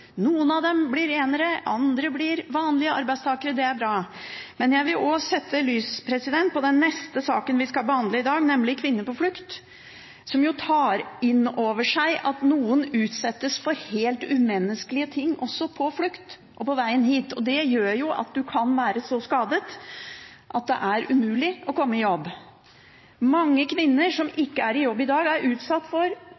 Noen av dem blir enere, andre blir vanlige arbeidstakere – det er bra. Men jeg vil også kaste lys over den neste saken vi skal behandle i dag, nemlig kvinner på flukt. Den tar inn over seg at noen utsettes for helt umenneskelige ting også på flukt og på veien hit. Det gjør at en kan være så skadet at det er umulig å komme i jobb. Mange kvinner som